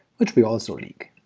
which we also leak.